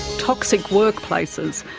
toxic workplaces,